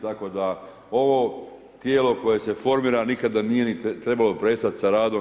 Tako da ovo tijelo koje se formira nikada nije ni trebalo prestati sa radom.